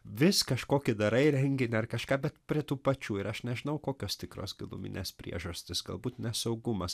vis kažkokį darai renginį ar kažką bet prie tų pačių ir aš nežinau kokios tikros giluminės priežastys galbūt nesaugumas